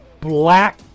black